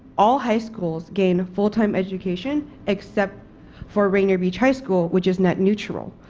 all high schools gain full-time education except for rainier beach high school, which is net neutral.